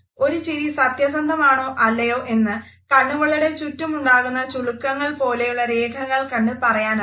ഒരു ചിരി സത്യസന്ധമാണോ അല്ലയോ എന്ന് കണ്ണുകളുടെ ചുറ്റും ഉണ്ടാകുന്ന ചുലുക്കങ്ങൾ പോലെയുള്ള രേഖകൾ കണ്ടു പറയാനാകും